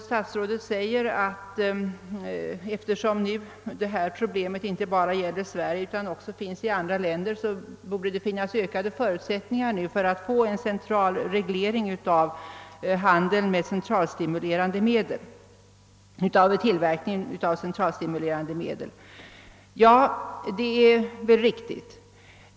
Statsrådet säger, att eftersom nu detta problem inte bara gäller Sverige, utan finns också i andra länder, borde det finnas ökade förutsättningar för att få till stånd en central reglering av tillverkningen av centralstimulerande medel. Ja, det är väl riktigt.